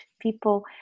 People